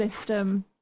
system